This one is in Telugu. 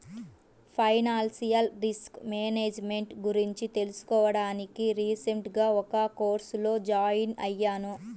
ఫైనాన్షియల్ రిస్క్ మేనేజ్ మెంట్ గురించి తెలుసుకోడానికి రీసెంట్ గా ఒక కోర్సులో జాయిన్ అయ్యాను